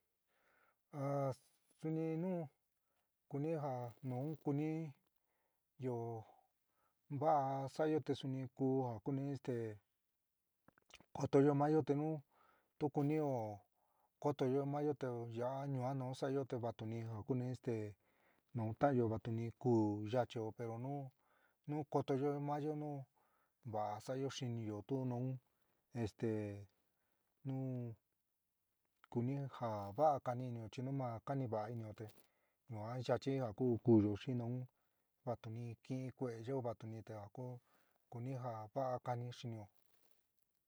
A suni nu kuni ja nu kuni yo va'a sa'ayo te suni ku ja kuni este kotoyó maáyo te nu tu kunio kotoyó maáyo te ya'a yu'an nu sa'ayo te vatuni ja kuni esté nu taányo vatuni kuú yachɨo pero nu nu kótoyo maáyo nuu va'a sa'ayo xɨnɨó tu nuún esté nu kuni ja va'a kani inɨo chi nu ma kani va'a inɨo te ñuan yachi ja ku kúyoo xi nun vatuni kiɨn kue'é yoó vatuni te ja ku kuni ja va'a kani xɨnɨo.